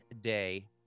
day